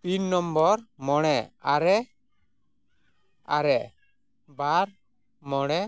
pin number ᱢᱚᱬᱮ ᱟᱨᱮ ᱟᱨᱮ ᱵᱟᱨ ᱢᱚᱬᱮ